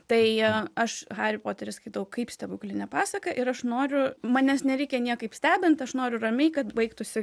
tai aš harį poterį skaitau kaip stebuklinę pasaką ir aš noriu manęs nereikia niekaip stebint aš noriu ramiai kad baigtųsi